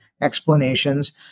explanations